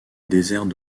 désert